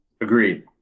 Agreed